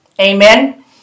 Amen